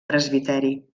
presbiteri